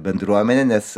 bendruomenę nes